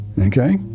Okay